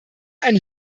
ein